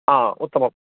हा उत्तमम्